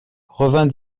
revint